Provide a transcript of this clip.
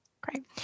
Great